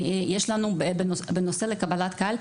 יש לנו בנושא של קבלת קהל,